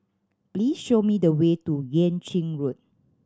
please show me the way to Yuan Ching Road